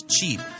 cheap